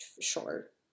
Sure